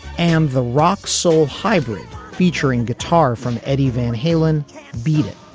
and the rock soul hybrid featuring guitar from eddie van halen beat it